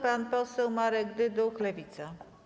Pan poseł Marek Dyduch, Lewica.